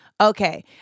Okay